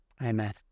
Amen